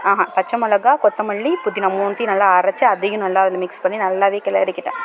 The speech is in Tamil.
பச்சை மிளகா கொத்தமல்லி புதினா மூனுத்தையும் நல்லா அரைச்சி அதையும் வந்து நல்லா மிக்ஸ் பண்ணி நல்லாவே கிளரிகிட்டேன்